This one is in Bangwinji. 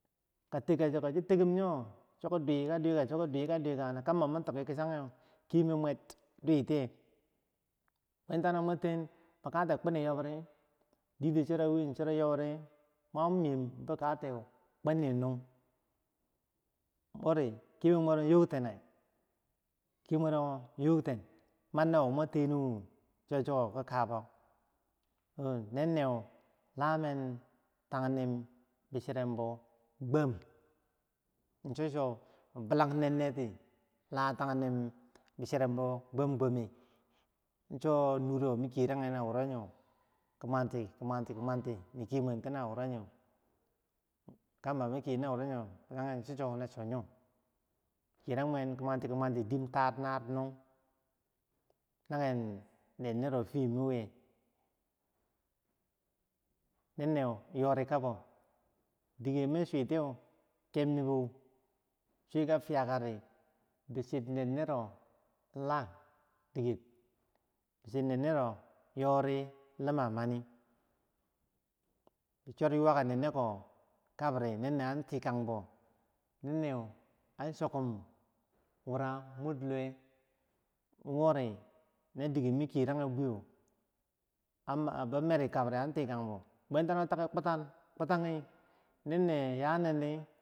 Tatege Itiginno ka tekka cheko cho tekum yo, chiki dowii ka doka kambau ma tiki kichange kemer, muwer diti chonwin choro yobdi mur miyem bikate nongi kemer muwero yokter, nenneu la men tani bi chiremba gwam cho- cho mi bilan nenneti, la tan- ninbau bichrenbau gwam gmame, wo nure woro mi kiranye chocho na woronoyo, min kiran mki muwan ki muwanti nanye nennero fiye mii winyeu nenneu yori kabau dike mi, chwika fiyr nennero, laakadi bichir, nenero la diker, bichir, nenero yori la diker, bichir nenero yori lma mani biyo ywakak nenneko kamdi an tikang bau, an chokum wora mur luwe wori, na diko woro mi kiranye bwenyeu an ti kang bau, no take kutan nenne yanindi